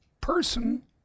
person